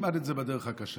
תלמד את זה בדרך הקשה.